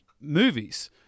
movies